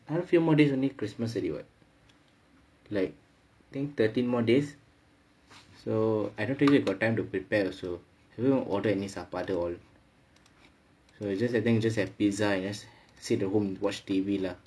and a few more days only christmas already what like think thirteen more days so I don't think got time to prepare also will order in any all so just I think just have pizza and just sit at home watch T_V lah